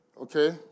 Okay